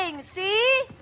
see